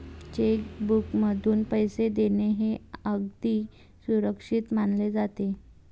check बुकमधून पैसे देणे हे अगदी सुरक्षित मानले जाते